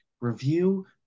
review